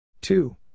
Two